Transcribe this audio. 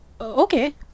Okay